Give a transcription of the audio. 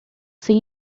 sem